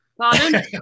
Pardon